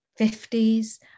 50s